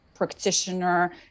practitioner